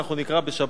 אנחנו נקרא בשבת,